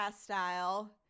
style